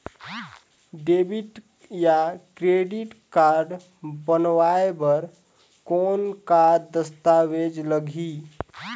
Debit या credit card बनवाय बर कौन का दस्तावेज लगही?